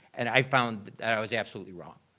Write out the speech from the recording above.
and i found that i was absolutely wrong.